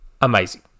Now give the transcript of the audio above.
amazing